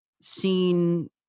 seen